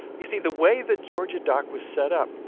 you see, the way the georgia dock was set up,